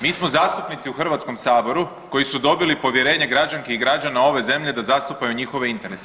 Mi smo zastupnici u Hrvatskom saboru koji su dobili povjerenje građanki i građana ove zemlje da zastupaju njihove interese.